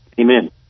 Amen